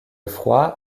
froid